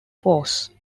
force